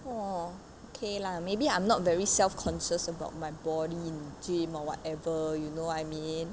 orh okay lah maybe I not very self conscious about my body in the gym or whatever you know what I mean